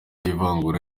ivangura